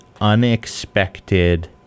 unexpected